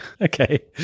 Okay